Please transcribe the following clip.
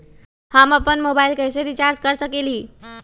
हम अपन मोबाइल कैसे रिचार्ज कर सकेली?